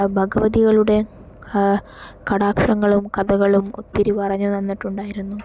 ഭഗവതികളുടെ കടാക്ഷങ്ങളും കഥകളും ഒത്തിരി പറഞ്ഞു തന്നിട്ടുണ്ടായിരുന്നു